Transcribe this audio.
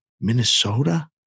Minnesota